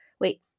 Wait